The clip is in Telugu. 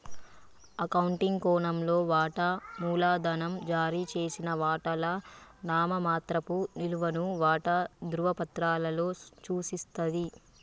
అకౌంటింగ్ కోణంలో, వాటా మూలధనం జారీ చేసిన వాటాల నామమాత్రపు విలువను వాటా ధృవపత్రాలలో సూచిస్తది